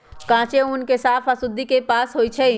कांचे ऊन के साफ आऽ शुद्धि से पास होइ छइ